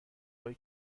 های